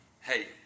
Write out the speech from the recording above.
hey